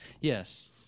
Yes